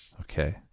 Okay